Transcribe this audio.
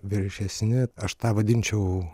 viršesni aš tą vadinčiau